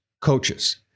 coaches